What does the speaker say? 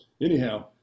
Anyhow